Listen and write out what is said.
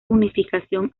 unificación